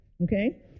okay